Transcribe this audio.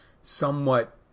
somewhat